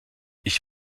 ich